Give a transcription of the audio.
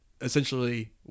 essentially